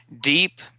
deep